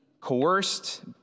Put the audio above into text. coerced